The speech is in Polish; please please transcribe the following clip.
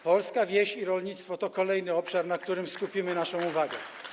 Polska wieś i rolnictwo to kolejny obszar, na którym skupimy naszą uwagę.